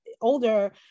older